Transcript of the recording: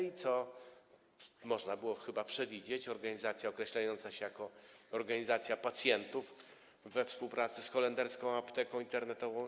Jak można było chyba przewidzieć, organizacja określająca się jako organizacja pacjentów we współpracy z holenderską apteką internetową